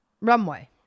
runway